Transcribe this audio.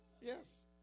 Yes